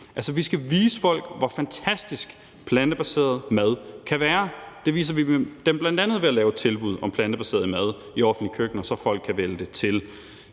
Vi skal vise folk, hvor fantastisk plantebaseret mad kan være. Det viser vi dem bl.a. ved at lave tilbud om plantebaseret mad i offentlige køkkener, så folk kan vælge det til.